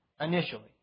Initially